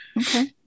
Okay